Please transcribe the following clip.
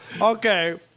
Okay